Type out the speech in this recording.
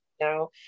now